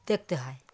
দেখতে হয়